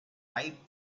ripe